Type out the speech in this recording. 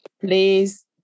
please